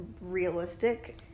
realistic